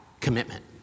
commitment